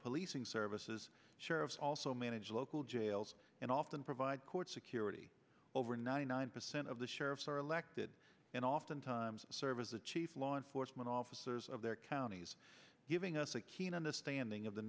policing services share of also manage local jails and often provide court security over ninety nine percent of the sheriffs are elected and oftentimes serve as the chief law enforcement officers of their counties giving us a keen understanding of the